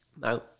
Now